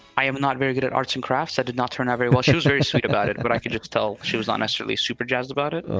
i am not very good at arts and crafts. i did not turn out very well. she was very sweet about it, but i could just tell she was not ah necessarily super jazzed about it.